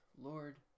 Lord